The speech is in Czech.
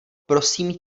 prosím